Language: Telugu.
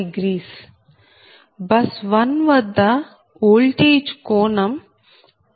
5 బస్ 1 వద్ద ఓల్టేజ్ కోణం14